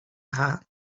her